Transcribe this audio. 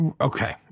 Okay